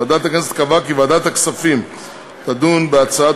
ועדת הכנסת קבעה כי ועדת הכספים תדון בהצעת